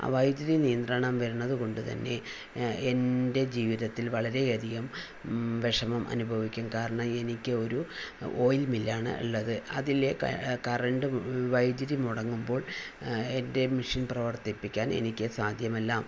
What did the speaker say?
വൈദ്യതി നിയന്ത്രണം വരുന്നതു കൊണ്ടു തന്നെ എൻ്റെ ജീവിതത്തിൽ വളരെയധികം വിഷമം അനുഭവിക്കും കാരണം എനിക്കൊരു ഓയിൽ മില്ലാണ് ഉള്ളത് അതിലെ കറണ്ട് വൈദ്യുതി മുടങ്ങുമ്പോൾ എൻ്റെ മിഷൻ പ്രവർത്തിപ്പിക്കാൻ എനിക്ക് സാധ്യമല്ല